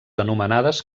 anomenades